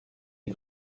les